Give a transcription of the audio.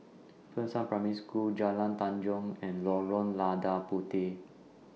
Fengshan Primary School Jalan Tanjong and Lorong Lada Puteh